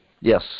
Yes